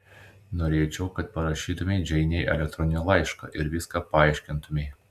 norėčiau kad parašytumei džeinei elektroninį laišką ir viską paaiškintumei